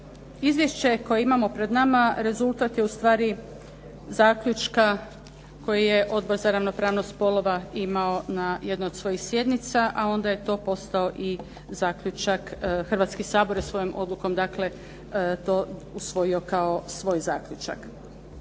Izvješće koje imamo pred nama rezultat je ustvari zaključka koji je Odbor za ravnopravnost spolova imao na jednoj od svojih sjednica a onda je to postao i zaključak, Hrvatski sabor je svojom odlukom dakle to usvojio kao svoj zaključak.